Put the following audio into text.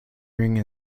ring